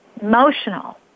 emotional